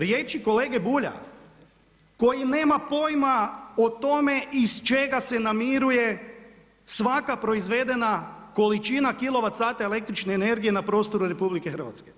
Riječi kolege Bulja koji nema pojma o tome iz čega se namiruje svaka proizvedena količina kilovat sati električne energije na prostoru RH.